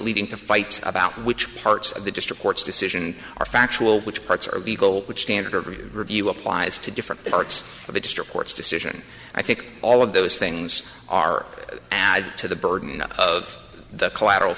leading to fight about which parts of the district court's decision are factual which parts are legal which standard of review review applies to different parts of the district court's decision i think all of those things are added to the burden of the collateral